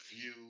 view